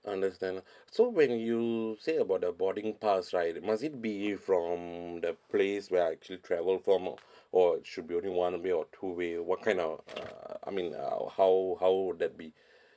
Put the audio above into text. understand ah so when you say about the boarding pass right must it be from the place where I actually travel from or should be only one way or two way what kind of uh I mean uh how how would that be